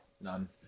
None